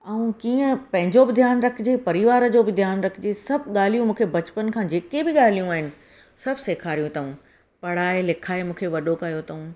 ऐं कीअं पंहिंजो बि ध्यानु रखिजे परिवार जो बि ध्यानु रखिजे सभु ॻाल्हियूं मूंखे बचपन खां जेके बि ॻाल्हियूं आहिनि सभु सेखारियूं अथऊं पढ़ाए लिखाए मूंखे वॾो कयो अथऊं